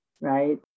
right